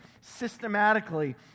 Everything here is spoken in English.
systematically